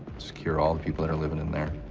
secure all the people that are living in there,